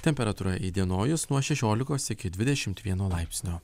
temperatūra įdienojus nuo šešiolikos iki dvidešimt vieno laipsnio